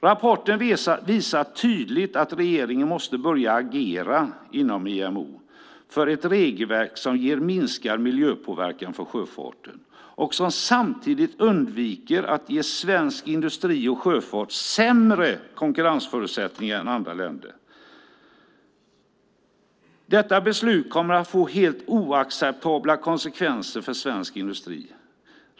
Rapporten visar tydligt att regeringen måste börja agera inom IMO för ett regelverk som ger minskad miljöpåverkan från sjöfarten och som samtidigt undviker att ge svensk industri och sjöfart sämre konkurrensförutsättningar än andra länder. Detta beslut kommer att få helt oacceptabla konsekvenser för svensk industri.